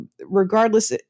Regardless